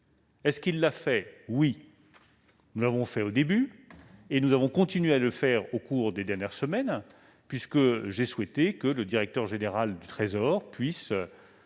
est oui. L'a-t-il fait ? Oui, nous l'avons fait au début et nous avons continué à le faire au cours des dernières semaines, puisque j'ai souhaité que le directeur général du Trésor lance